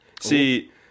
See